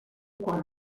quan